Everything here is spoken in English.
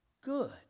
good